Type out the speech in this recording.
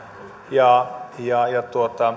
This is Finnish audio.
ja ja